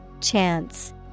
Chance